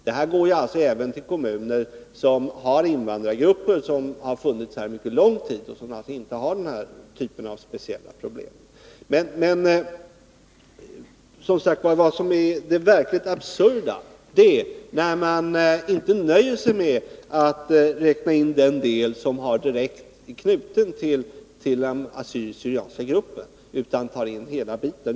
Det stödet går även till kommuner som har invandrargrupper som funnits här mycket lång tid och alltså inte har den här typen av speciella problem. Det verkligt absurda är emellertid när man inte nöjer sig med att räkna in den del som är direkt knuten till den assyriska/syrianska gruppen utan tar in hela biten.